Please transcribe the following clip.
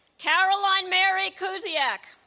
caroline mary kusiak